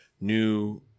New